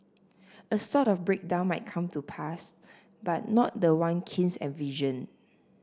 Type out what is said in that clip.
a sort of breakdown might come to pass but not the one Keynes envisioned